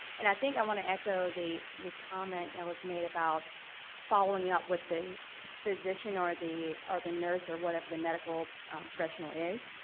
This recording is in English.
and i think i want to echo the the comment that was made about following it up with the physician or the or the nurse or whatever the medical professional is,